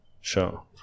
Sure